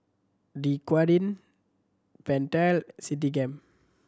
Dequadin Pentel Citigem